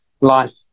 life